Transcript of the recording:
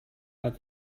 but